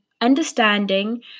understanding